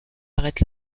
arrête